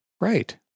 Right